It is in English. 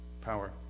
power